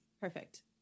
perfect